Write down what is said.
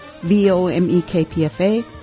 vomekpfa